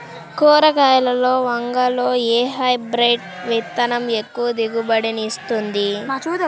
కూరగాయలలో వంగలో ఏ హైబ్రిడ్ విత్తనం ఎక్కువ దిగుబడిని ఇస్తుంది?